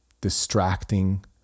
distracting